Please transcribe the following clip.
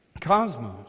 cosmos